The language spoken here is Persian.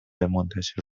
منتشر